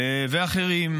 ואחרים.